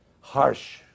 harsh